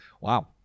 Wow